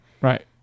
Right